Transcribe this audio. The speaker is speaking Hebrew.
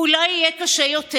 ואולי יהיה קשה יותר,